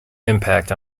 impact